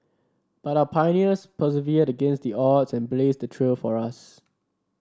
but our pioneers persevered against the odds and blazed the trail for us